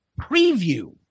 Preview